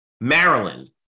Maryland